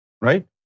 Right